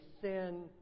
sin